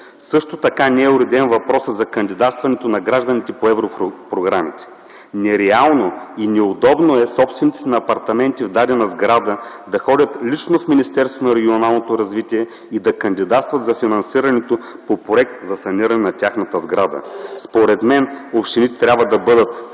Също така не е уреден въпросът за кандидатстването на гражданите по европрограмите. Нереално и неудобно е собствениците на апартаменти в дадена сграда да ходят лично в Министерството на регионалното развитие и благоустройството и да кандидатстват за финансирането по проект за саниране на тяхната сграда. Според мен общините трябва да бъдат